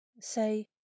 Say